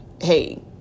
hey